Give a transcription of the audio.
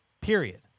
Period